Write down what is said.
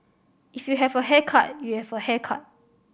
if you have a haircut you have a haircut